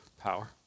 power